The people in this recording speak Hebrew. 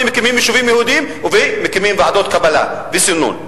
מקימים יישובים יהודיים ומקימים ועדות קבלה וסינון.